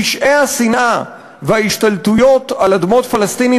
פשעי השנאה וההשתלטויות על אדמות פלסטינים